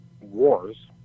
wars